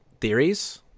theories